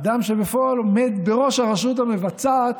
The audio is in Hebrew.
האדם שבפועל עומד בראש הרשות המבצעת,